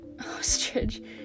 Ostrich